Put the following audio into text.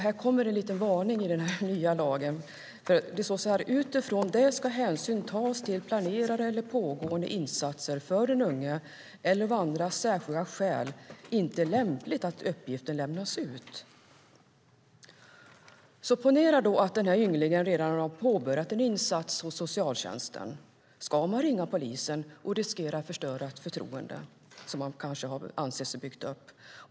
Här utfärdas också en liten varning i den nya lagen: Utifrån det ska hänsyn tas till planerade eller pågående insatser för den unge eller om det av andra särskilda skäl inte är lämpligt att uppgiften lämnas ut. Ponera att ynglingen redan har påbörjat en insats hos socialtjänsten. Ska socialsekreteraren då ringa polisen och riskera att förstöra det förtroende hon eller han anser sig ha byggt upp?